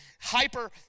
hyper